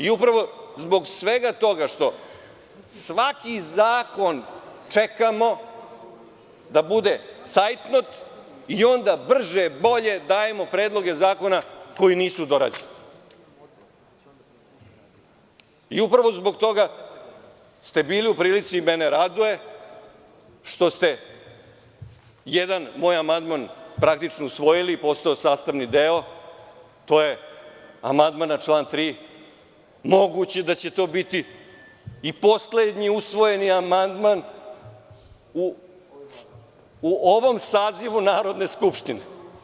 Upravo zbog svega toga, što svaki zakon čekamo da bude cajtnot i onda brže bolje dajemo predloge zakona koji nisu dorađeni, upravo zbog toga ste bili u prilici i mene raduje što ste jedan moj amandman usvojili, postao je sastavni deo, to je amandman na član 3. Moguće je da će to biti i poslednji usvojeni amandman u ovom sazivu Narodne skupštine.